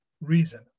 reason